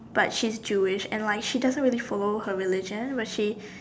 but she is Jewish and like she doesn't really follow her religion but she